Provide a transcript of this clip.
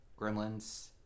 Gremlins